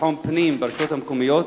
ביטחון פנים ברשויות המקומיות,